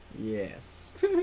Yes